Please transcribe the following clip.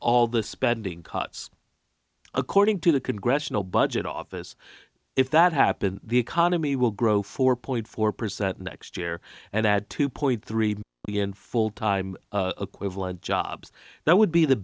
all the spending cuts according to the congressional budget office if that happens the economy will grow four point four percent next year and add two point three b n full time equivalent jobs that would be the